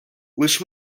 лиш